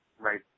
Right